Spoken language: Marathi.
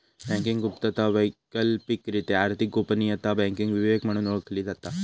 बँकिंग गुप्तता, वैकल्पिकरित्या आर्थिक गोपनीयता, बँकिंग विवेक म्हणून ओळखली जाता